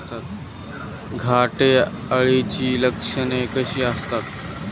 घाटे अळीची लक्षणे कशी असतात?